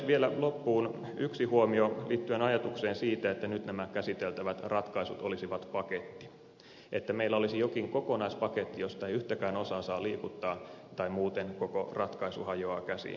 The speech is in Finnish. vielä loppuun yksi huomio liittyen ajatukseen siitä että nyt nämä käsiteltävät ratkaisut olisivat paketti että meillä olisi jokin kokonaispaketti josta ei yhtäkään osaa saa liikuttaa tai muuten koko ratkaisu hajoaa käsiin